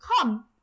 come